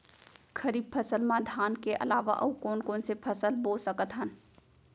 खरीफ फसल मा धान के अलावा अऊ कोन कोन से फसल बो सकत हन?